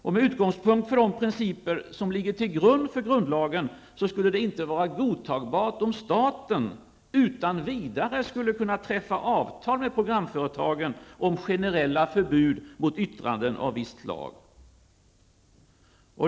Med utgångspunkt från de principer som ligger till grund för grundlagen skulle det inte vara godtagbart om staten utan vidare skulle kunna träffa avtal med programföretagen om generella förbud mot yttranden av visst slag.